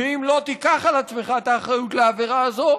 ואם לא תיקח על עצמך את האחריות לעבירה זו,